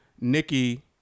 Nikki